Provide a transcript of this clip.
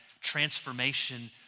transformation